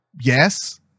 yes